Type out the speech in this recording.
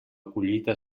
collita